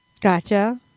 Gotcha